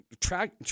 Track